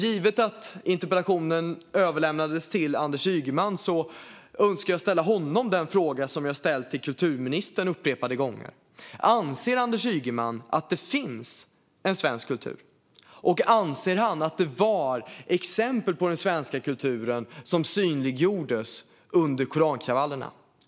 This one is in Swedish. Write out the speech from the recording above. Givet att interpellationen överlämnats till Anders Ygeman önskar jag ställa honom en fråga som jag upprepade gånger ställt till kulturministern: Anser Anders Ygeman att det finns en svensk kultur? Anser han därtill att det var exempel på den svenska kulturen som synliggjordes under korankravallerna?